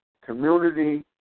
community